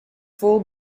full